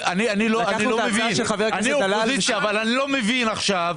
אני אופוזיציה, אבל אני לא מבין עכשיו.